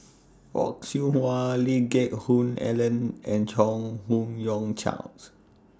Fock Siew Wah Lee Geck Hoon Ellen and Chong Fook YOU Charles